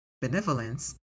benevolence